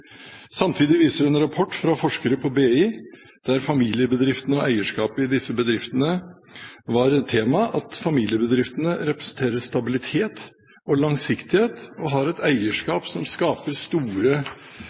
Samtidig viser en rapport fra forskere på BI, der familiebedriftene og eierskapet i disse bedriftene var tema, at familiebedriftene representerer stabilitet og langsiktighet og har et